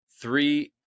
three